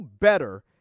better